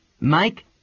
Mike